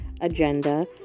Agenda